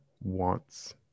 wants